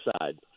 side